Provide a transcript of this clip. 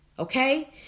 Okay